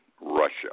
Russia